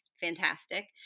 fantastic